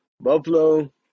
Buffalo